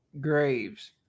graves